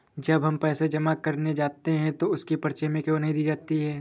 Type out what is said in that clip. जब हम पैसे जमा करने जाते हैं तो उसकी पर्ची हमें क्यो नहीं दी जाती है?